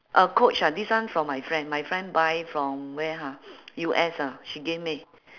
uh coach ah this one from my friend my friend buy from where ah U_S ah she gave me